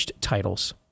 Titles